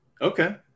Okay